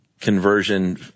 conversion